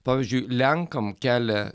pavyzdžiui lenkam kelia